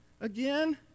Again